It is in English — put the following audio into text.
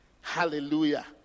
Hallelujah